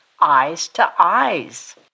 eyes-to-eyes